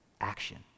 Action